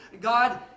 God